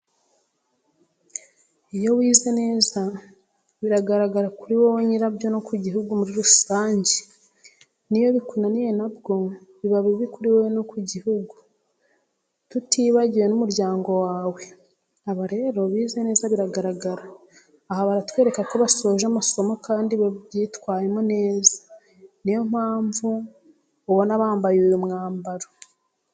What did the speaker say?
Iyo wize neza biragaragara kuri wowe nyirabyo no ku gihugu muri rusange, n'iyo bikunaniye na bwo biba bibi kuri wowe no ku gihugu, tutibagiwe n'umuryango wawe. Aba rero bize neza biragaragara, aha baratwereka ko basoje amasomo kandi babyitwayemo neza, niyo mpamvu ubona bambaye uyu mwambaro.